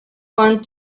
want